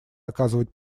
оказывать